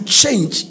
change